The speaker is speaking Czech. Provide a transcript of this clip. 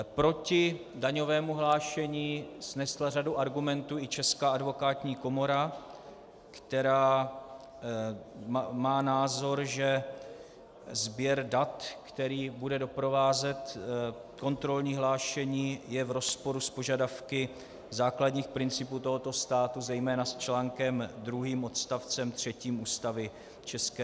Proti daňovému hlášení snesla řadu argumentů i Česká advokátní komora, která má názor, že sběr dat, který bude doprovázet kontrolní hlášení, je v rozporu s požadavky základních principů tohoto státu, zejména s článkem druhým odstavcem třetím Ústavy ČR.